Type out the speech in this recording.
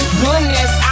goodness